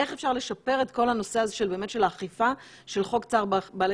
איך אפשר לשפר את כל הנושא הזה של אכיפה של חוק צער בעלי